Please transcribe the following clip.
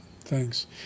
Thanks